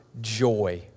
joy